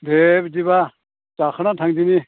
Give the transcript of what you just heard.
दे बिदिब्ला जाखांना थांदिनि